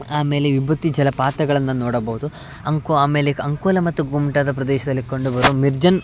ಆಮೇಲೆ ವಿಭೂತಿ ಜಲಪಾತಗಳನ್ನು ನೋಡಬಹ್ದು ಅಂಕು ಆಮೇಲೆ ಅಂಕೋಲ ಮತ್ತು ಗುಮ್ಟದ ಪ್ರದೇಶದಲ್ಲಿ ಕಂಡುಬರುವ ಮಿರ್ಜನ್